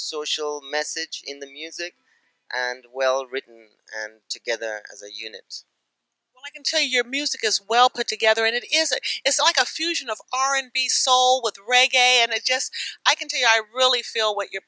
social message in the music and well written and together as a unit i can tell your music as well put together and it is a it's like a fusion of r and b soul with reggae and i just i can tell you i really feel what you're